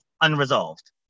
unresolved